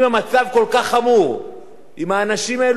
אם האנשים האלה כל כך לא ראויים ומסוכנים,